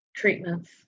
Treatments